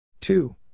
Two